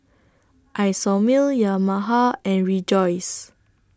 Isomil Yamaha and Rejoice